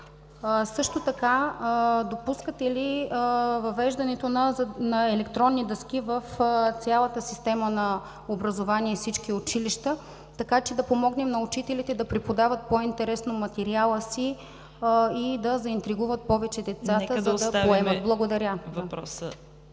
ги очаква. Допускате ли въвеждането на електронни дъски в цялата система на образование във всички училища, така че да помогнем на учителите да преподават по-интересно материала си и да заинтригуват повече деца? ПРЕДСЕДАТЕЛ ЦВЕТА КАРАЯНЧЕВА: Нека да оставим да